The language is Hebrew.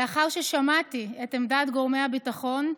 לאחר ששמעתי את עמדת גורמי הביטחון,